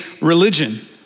religion